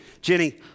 Jenny